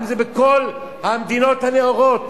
אם בכל המדינות הנאורות,